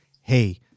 hey